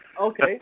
Okay